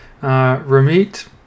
Ramit